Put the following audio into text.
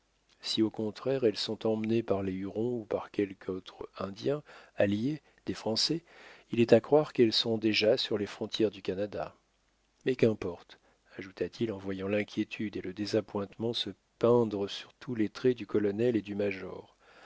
si au contraire elles sont emmenées par les hurons ou par quelques autres indiens alliés des français il est à croire qu'elles sont déjà sur les frontières du canada mais qu'importe ajouta-t-il en voyant l'inquiétude et le désappointement se peindre sur tous les traits du colonel et du major